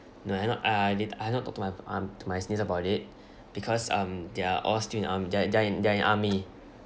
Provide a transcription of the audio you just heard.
no I've not uh I did I've not talk to my um to my seniors about it because um they're all still in army they're they're they're in army